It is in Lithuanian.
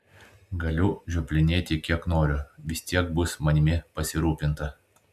galiu žioplinėti kiek noriu vis tiek bus manimi pasirūpinta